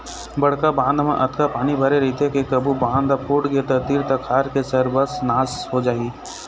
बड़का बांध म अतका पानी भरे रहिथे के कभू बांध ह फूटगे त तीर तखार के सरबस नाश हो जाही